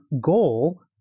goal